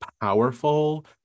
powerful